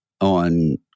on